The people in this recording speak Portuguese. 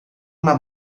uma